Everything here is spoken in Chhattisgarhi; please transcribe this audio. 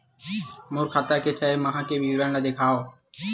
मोर खाता के छः माह के विवरण ल दिखाव?